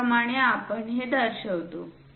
याप्रमाणे आपण हे दर्शवितो